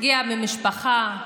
הגיע ממשפחה,